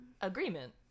Agreement